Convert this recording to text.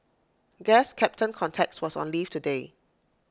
guess captain context was on leave today